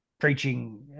preaching